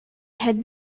had